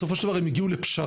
בסופו של דבר הם הגיעו לפשרה,